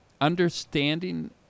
understanding